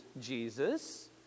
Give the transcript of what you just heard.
Jesus